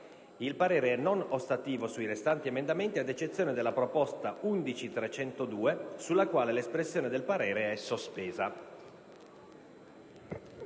Il parere è non ostativo sui restanti emendamenti ad eccezione della proposta 11.302 sulla quale l'espressione del parere è sospesa».